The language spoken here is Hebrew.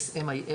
SSMIS